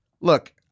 Look